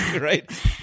right